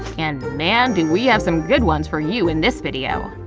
and man, do we have some good ones for you in this video!